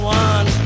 one